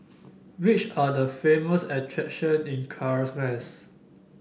which are the famous attractions in Caracas